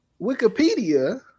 Wikipedia